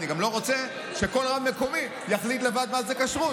אני גם לא רוצה שכל רב מקומי יחליט לבד מה זאת כשרות.